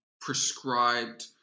prescribed